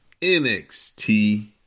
NXT